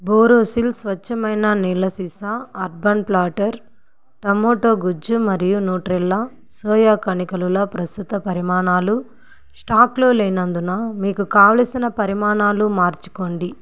బోరోసిల్ స్వచ్ఛమైన నీళ్ళ సీసా అర్బన్ ప్లాటర్ టొమాటో గుజ్జు మరియు న్యూట్రెలా సోయా కణికలుల ప్రస్తుత పరిమాణాలు స్టాకులో లేనందున మీకు కావలసిన పరిమాణాలు మార్చుకోండి